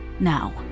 Now